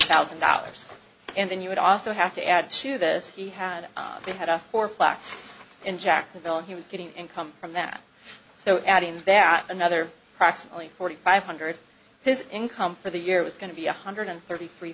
thousand dollars and then you would also have to add to this he had they had a poor blacks in jacksonville and he was getting income from that so adding that another proxy only forty five hundred his income for the year was going to be one hundred thirty three